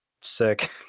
sick